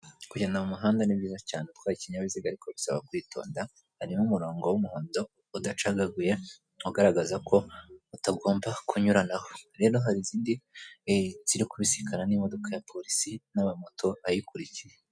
Kugenda mu muhanda ni byiza cyane utwaye ikinyabiziga ariko bisaba kwitonda harimo umurongo w'umuhondo udacagaguye ugaragaza ko utagomba kunyuranaho rero hari izindi ziri kubisikana n'imodoka ya polisi n'amamoto ayikurikiye.